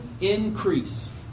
increase